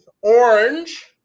orange